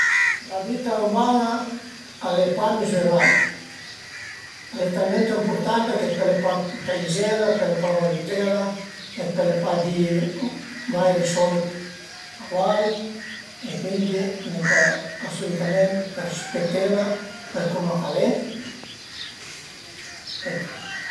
La vita uman-a al e pa mizurabla, al e talment ëmpurtanta che pöle pa peizela, pöle pa valütela e pöle pa di vaire sold a val e cuindi venta asolütament rispetela për cuma ch'al e bon